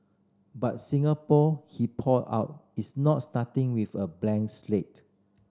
but Singapore he pointed out is not starting with a blank slate